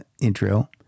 intro